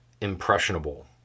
impressionable